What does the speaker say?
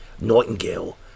Nightingale